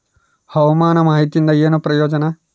ಹವಾಮಾನ ಮಾಹಿತಿಯಿಂದ ಏನು ಪ್ರಯೋಜನ?